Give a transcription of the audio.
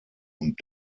und